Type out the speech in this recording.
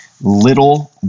Little